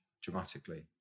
dramatically